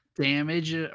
damage